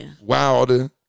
Wilder